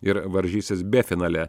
ir varžysis b finale